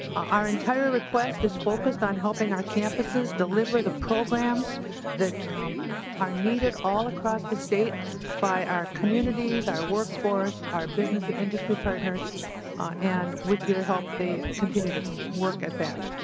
our entire request is focused on helping our campuses deliver the programs that are needed all across the state by our communities our workforce our business and industry partners and with your help to continue to work at that.